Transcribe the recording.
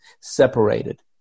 separated